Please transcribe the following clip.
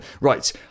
right